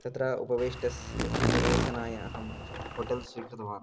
तत्र उपवेष्टस्य उपवेशनाय अहं होटेल् स्वीकृतवान्